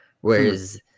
Whereas